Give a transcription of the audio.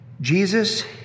Jesus